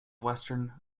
western